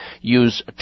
use